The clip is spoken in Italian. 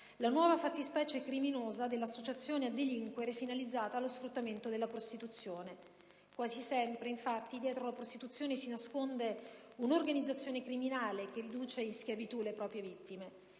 la nuova fattispecie criminosa dell'associazione a delinquere finalizzata allo sfruttamento della prostituzione. Quasi sempre, infatti, dietro alla prostituzione si nasconde un'organizzazione criminale che riduce in schiavitù le proprie vittime: